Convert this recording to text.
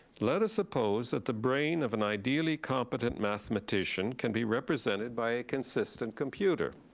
let us suppose that the brain of an ideally competent mathematician can be represented by a consistent computer,